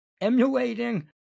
emulating